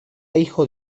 hijo